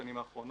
בשנים האחרונות.